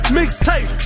Mixtape